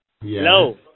Hello